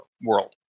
world